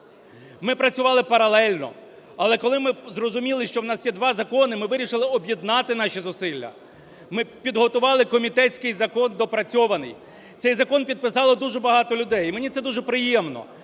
Ми працювали паралельно. Але коли ми зрозуміли, що в нас є 2 закони, ми вирішили об'єднати наші зусилля. Ми підготували комітетський закон доопрацьований. Цей закон підписало дуже багато людей і мені це дуже приємно.